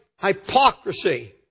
hypocrisy